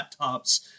laptops